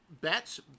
bets